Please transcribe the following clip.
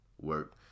work